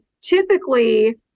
typically